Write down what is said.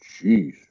Jeez